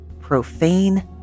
profane